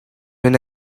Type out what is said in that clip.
been